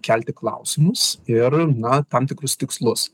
kelti klausimus ir na tam tikrus tikslus